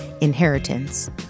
Inheritance